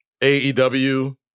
AEW